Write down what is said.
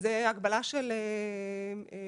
זה הגבלה של המנהל,